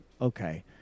okay